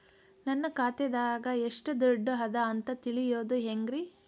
ನನ್ನ ಖಾತೆದಾಗ ಎಷ್ಟ ದುಡ್ಡು ಅದ ಅಂತ ತಿಳಿಯೋದು ಹ್ಯಾಂಗ್ರಿ?